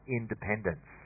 independence